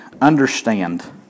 understand